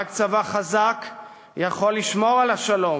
רק צבא חזק יכול לשמור על השלום.